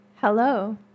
Hello